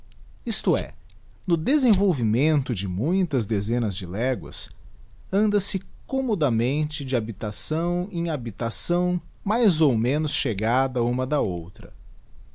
isto é no desenvolvimento de muitas dezenas de léguas anda se çommodamente de habitação em habitação mais ou menos chegada uma da outra